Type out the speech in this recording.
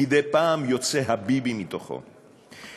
מדי פעם יוצא ה"ביבי" מתוכו,